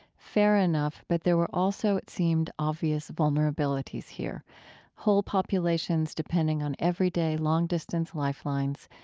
fair enough, but there were also, it seemed, obvious vulnerabilities here whole populations depending on everyday, long-distance lifelines,